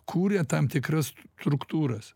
kūria tam tikras struktūras